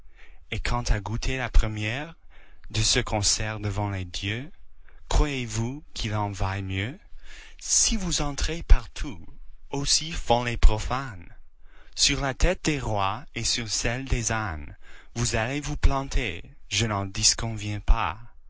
et quant à goûter la première de ce qu'on sert devant les dieux croyez-vous qu'il en vaille mieux si vous entrez partout aussi font les profanes sur la tête des rois et sur celle des ânes vous allez vous planter je n'en disconviens pas